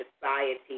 society